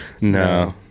no